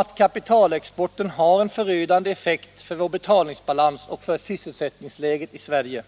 att kapitalexporten har en förödande effekt för vår betalningsbalans och för sysselsättningsläget i Sverige.